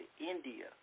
India